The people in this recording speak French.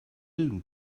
nous